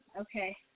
Okay